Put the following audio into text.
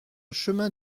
chemin